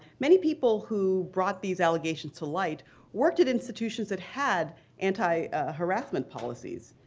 many people who brought these allegations to light worked at institutions that had anti-harassment policies,